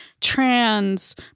trans